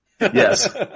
Yes